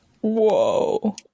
Whoa